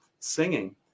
singing